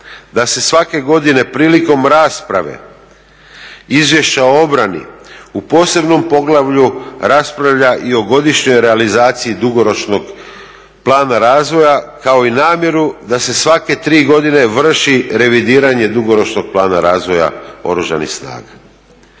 da se svake godine prilikom rasprave Izvješća o obrani u posebnom poglavlju raspravlja i o godišnjoj realizaciji dugoročnog plana razvoja kao i namjeru da se svake tri godine vrši revidiranje dugoročnog plana razvoja Oružanih snaga.